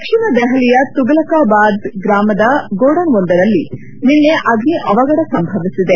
ದಕ್ಷಿಣ ದೆಹಲಿಯ ತುಫಲಿಕಾಬಾದ್ಗ್ರಾಮದ ಗೋಡನ್ವೊಂದರಲ್ಲಿ ನಿನ್ನೆ ಅಗ್ನಿ ಅವಫಢ ಸಂಭವಿಸಿದೆ